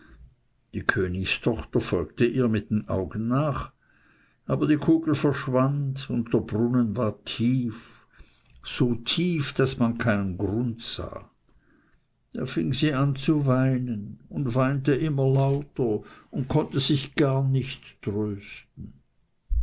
die königstochter folgte ihr mit den augen nach aber die kugel verschwand und der brunnen war tief so tief daß man keinen grund sah da fing sie an zu weinen und weinte immer lauter und konnte sich gar nicht trösten